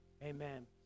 Amen